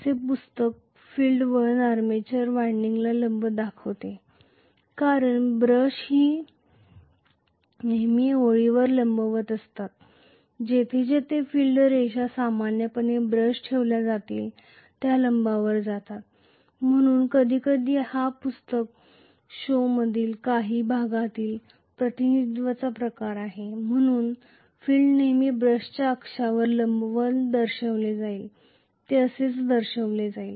काही पुस्तकात field winding armature वायंडिंगला लंब दाखवते कारण ब्रश नेहमी ओळीवर लंबवत असतात जेथे जेथे फिल्ड रेषा सामान्यपणे ब्रश ठेवल्या जातील त्या लंबांवर जातात म्हणूनच हेच कारण आहे की कधीकधी हा काही पुस्तकाच्या प्रतिनिधित्वाचा प्रकार असतो म्हणून फील्ड नेहमी ब्रशच्या अक्षांवर लंबवत दर्शविले जाईल ते असेच दर्शविले जाईल